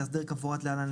מאסדר כפורטל להן,